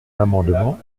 l’amendement